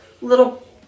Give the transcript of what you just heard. little